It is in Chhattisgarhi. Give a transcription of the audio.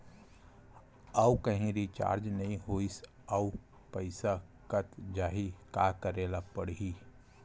आऊ कहीं रिचार्ज नई होइस आऊ पईसा कत जहीं का करेला पढाही?